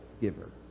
giver